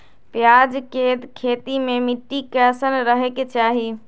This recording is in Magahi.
प्याज के खेती मे मिट्टी कैसन रहे के चाही?